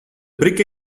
brick